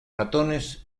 ratones